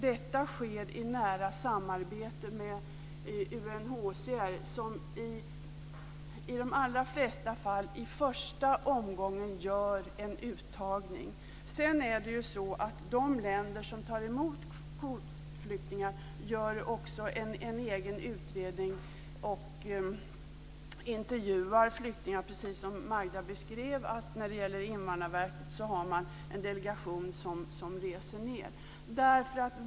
Detta sker i nära samarbete med UNHCR, som i de allra flesta fall gör en uttagning i första omgången. De länder som tar emot kvotflyktingar gör också en egen utredning och intervjuar flyktingar, precis som Magda Ayoub beskrev. Invandrarverket har en delegation som reser ned.